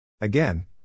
Again